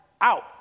out